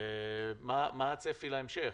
מה הצפי להמשך?